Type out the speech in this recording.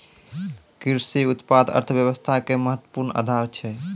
कृषि उत्पाद अर्थव्यवस्था के महत्वपूर्ण आधार छै